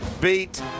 beat